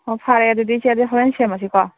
ꯑꯣ ꯐꯔꯦ ꯑꯗꯨꯗꯤ ꯏꯆꯦ ꯑꯗꯨꯗꯤ ꯍꯣꯔꯦꯟ ꯁꯦꯝꯃꯁꯤꯀꯣ